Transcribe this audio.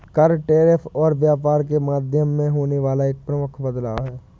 कर, टैरिफ और व्यापार के माध्यम में होने वाला एक मुख्य बदलाव हे